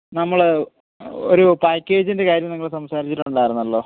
നമ്മള് ഒരു പാക്കേജിൻ്റെ കാര്യം നമ്മള് സംസാരിച്ചിട്ടുണ്ടായിരുന്നല്ലോ